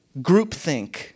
groupthink